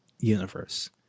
universe